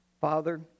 Father